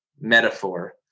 metaphor